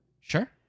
Sure